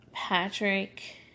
Patrick